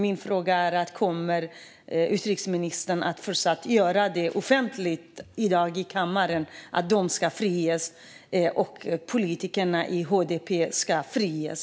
Min fråga är: Kommer utrikesministern att fortsatt offentligt i dag i kammaren kräva att de och politikerna i HDP ska friges?